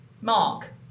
Mark